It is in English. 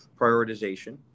prioritization